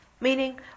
meaning